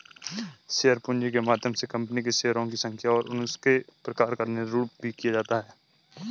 share पूंजी के माध्यम से कंपनी के शेयरों की संख्या और उसके प्रकार का निरूपण भी किया जाता है